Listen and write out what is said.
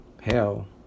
hell